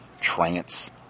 trance